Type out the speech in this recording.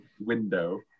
window